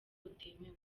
butemewe